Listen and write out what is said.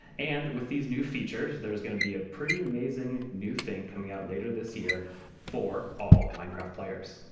and with these new features, there is going to be a pretty amazing new thing coming out later this year for all minecraft players.